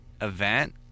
event